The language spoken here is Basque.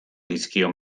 dizkio